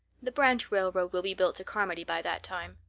the branch railroad will be built to carmody by that time.